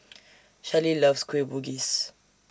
Shelley loves Kueh Bugis